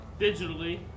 digitally